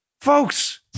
Folks